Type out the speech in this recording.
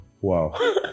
wow